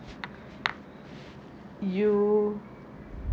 you